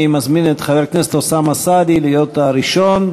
אני מזמין את חבר הכנסת אוסאמה סעדי להיות הראשון.